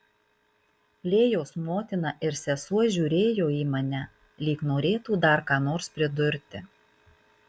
lėjos motina ir sesuo žiūrėjo į mane lyg norėtų dar ką nors pridurti